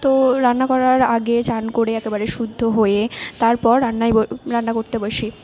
তো রান্না করার আগে স্নান করে একেবারে শুদ্ধ হয়ে তারপর রান্নায় রান্না করতে বসি